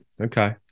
Okay